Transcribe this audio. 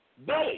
Billy